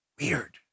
Weird